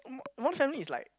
mm modern family is like